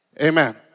Amen